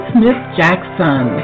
Smith-Jackson